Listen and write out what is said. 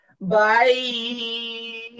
Bye